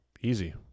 easy